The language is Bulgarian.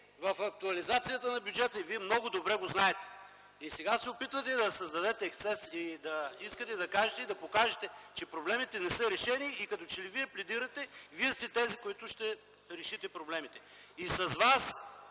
в актуализацията на бюджета и Вие много добре го знаете. Сега се опитвате да създадете ексцес и искате да кажете и да покажете, че проблемите не са решени и като че ли вие пледирате и вие сте тези, които ще решите проблемите. И с вас,